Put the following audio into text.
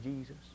Jesus